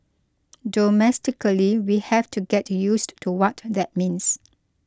domestically we have to get used to what that means